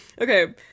Okay